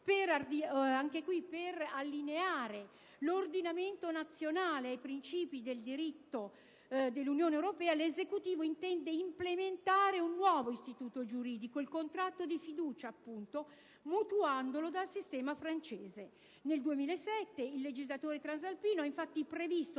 per allineare l'ordinamento nazionale ai principi del diritto dell'Unione europea, l'Esecutivo intende implementare un nuovo istituto giuridico, il contratto di fiducia appunto, mutuandolo dal sistema francese. Nel 2007, il legislatore transalpino ha infatti previsto